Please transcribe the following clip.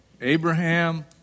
Abraham